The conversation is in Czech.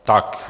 Tak.